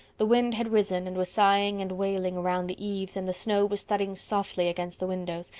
the wind had risen and was sighing and wailing around the eaves and the snow was thudding softly against the windows,